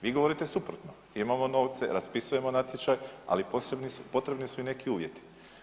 Vi govorite suprotno, imamo novce, raspisujemo natječaj, ali potrebni su i neki uvjeti.